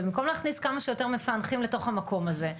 ובמקום להכניס כמה שיותר מפענחים לתוך המקום הזה,